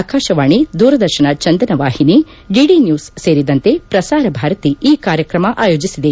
ಆಕಾಶವಾಣಿ ದೂರದರ್ಶನ ಚಂದನವಾಹಿನಿ DD news ಸೇರಿದಂತೆ ಪ್ರಸಾರ ಭಾರತಿ ಈ ಕಾರ್ಯಕ್ರಮ ಆಯೋಜಿಸಿದೆ